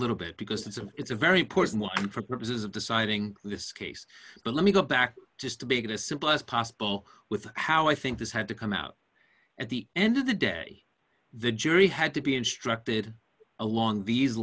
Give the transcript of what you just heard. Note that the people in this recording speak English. little bit because it's a it's a very important one for purposes of deciding this case but let me go back just to be it as simple as possible with how i think this had to come out at the end of the day the jury had to be instructed along these